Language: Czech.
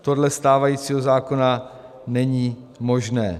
Podle stávajícího zákona to není možné.